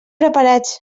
preparats